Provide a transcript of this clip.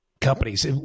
companies